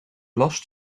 las